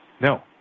no